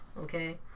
Okay